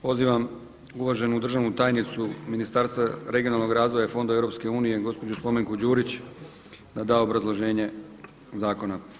Pozivam uvaženu državnu tajnicu Ministarstva regionalnog razvoja i fondova Europske unije gospođu Spomenku Đurić da da obrazloženje zakona.